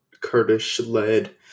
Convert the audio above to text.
Kurdish-led